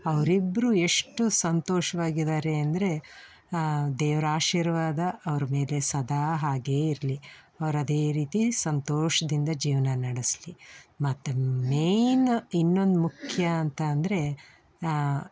ಅವರಿಬ್ರು ಎಷ್ಟು ಸಂತೋಷ್ವಾಗಿದ್ದಾರೆ ಅಂದರೆ ದೇವ್ರ ಆಶೀರ್ವಾದ ಅವ್ರ ಮೇಲೆ ಸದಾ ಹಾಗೇ ಇರಲಿ ಅವ್ರು ಅದೇ ರೀತಿ ಸಂತೋಷದಿಂದ ಜೀವನ ನಡೆಸ್ಲಿ ಮತ್ತು ಮೇನ್ ಇನ್ನೊಂದು ಮುಖ್ಯ ಅಂತ ಅಂದರೆ